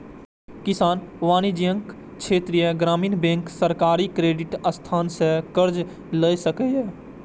किसान वाणिज्यिक, क्षेत्रीय ग्रामीण बैंक, सहकारी क्रेडिट संस्थान सं कर्ज लए सकैए